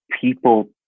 people